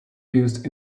used